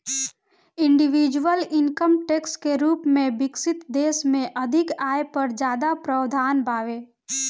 individual income tax के रूप में विकसित देश में अधिक आय पर ज्यादा प्रावधान बावे